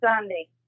Sunday